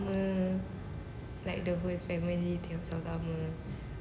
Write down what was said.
like the whole family tengok sama-sama